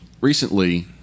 recently